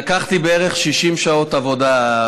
לקח לי בערך 60 שעות עבודה,